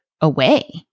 away